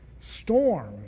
storm